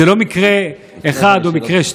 זה לא מקרה אחד או שני מקרים.